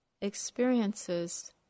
experiences